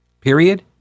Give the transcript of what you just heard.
period